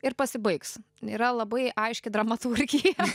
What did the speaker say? ir pasibaigs yra labai aiški dramaturgija